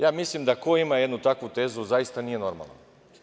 Ja mislim da ko ima jednu takvu tezu zaista nije normalan.